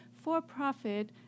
for-profit